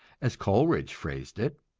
as coleridge phrased it